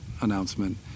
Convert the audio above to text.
announcement